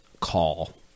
call